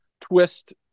twist